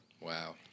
wow